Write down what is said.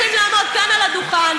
חבר הכנסת חנין,